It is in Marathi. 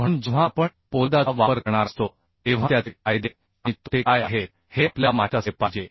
म्हणून जेव्हा आपण पोलादाचा वापर करणार असतो तेव्हा त्याचे फायदे आणि तोटे काय आहेत हे आपल्याला माहित असले पाहिजे